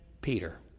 Peter